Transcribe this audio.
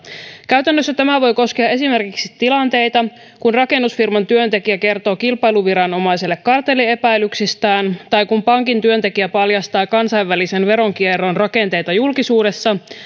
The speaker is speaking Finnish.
käytännössä tämä voi koskea esimerkiksi tilanteita kun rakennusfirman työntekijä kertoo kilpailuviranomaiselle kartelliepäilyksistään tai kun pankin työntekijä paljastaa kansainvälisen veronkierron rakenteita julkisuudessa